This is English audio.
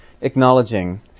acknowledging